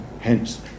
hence